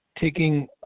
taking